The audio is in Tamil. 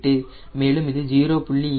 8 மேலும் இது 0